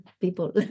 people